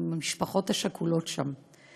עם המשפחות השכולות שם.